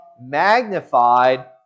magnified